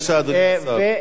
שמצביע על הבעיות,